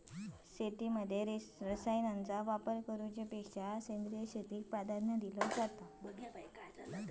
शेतीमध्ये रसायनांचा वापर करुच्या परिस सेंद्रिय शेतीक प्राधान्य दिलो जाता